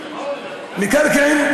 מקרקעין,